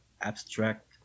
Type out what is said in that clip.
abstract